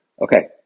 okay